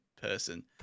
person